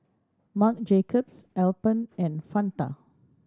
Marc Jacobs Alpen and Fanta